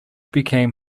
became